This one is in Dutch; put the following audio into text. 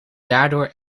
daardoor